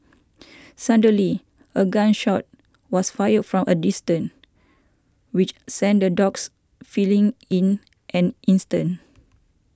suddenly a gun shot was fired from a distance which sent the dogs fleeing in an instant